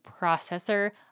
processor